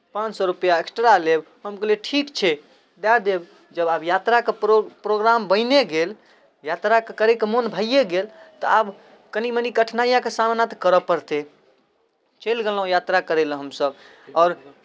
पाँच सए रुपैआ एक्स्ट्रा लेब हम कहलियै ठीक छै दए देब जब आब यात्राके प्रो प्रोग्राम बनिए गेल यात्राके करयके मोन भैए गेल तऽ आब कनि मनि कठिनाइयाँके सामना तऽ करय पड़तै चलि गेलहुँ यात्रा करय लेल हमसभ आओर